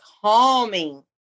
calming